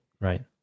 Right